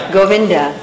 Govinda